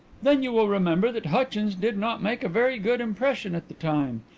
then you will remember that hutchins did not make a very good impression at the time.